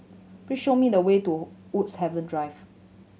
please show me the way to Woods Haven Drive